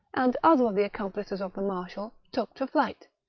and other of the accomplices of the marshal, took to flight,